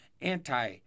anti